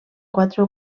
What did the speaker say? quatre